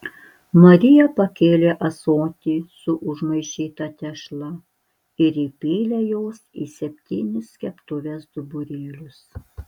marija pakėlė ąsotį su užmaišyta tešla ir įpylė jos į septynis keptuvės duburėlius